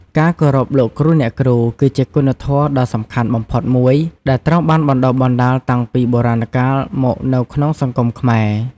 ការគោរពលោកគ្រូ អ្នកគ្រូ គឺជាគុណធម៌ដ៏សំខាន់បំផុតមួយ ដែលត្រូវបានបណ្ដុះបណ្ដាលតាំងពីបុរាណកាលមកនៅក្នុងសង្គមខ្មែរ។